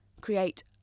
create